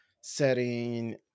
setting